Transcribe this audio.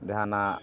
ᱡᱟᱦᱟᱱᱟᱜ